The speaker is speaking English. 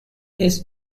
his